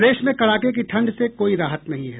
प्रदेश में कड़ाके की ठंड से कोई राहत नहीं है